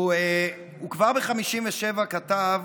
הוא כבר ב-1957 כתב,